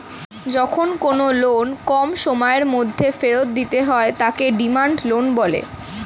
যখন কোনো লোন কম সময়ের মধ্যে ফেরত দিতে হয় তাকে ডিমান্ড লোন বলে